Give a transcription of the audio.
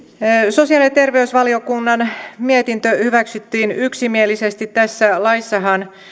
sosiaali ja terveysvaliokunnan mietintö hyväksyttiin yksimielisesti tässä laissahan